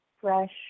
fresh